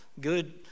good